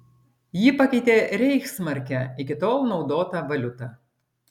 ji pakeitė reichsmarkę iki tol naudotą valiutą